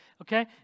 Okay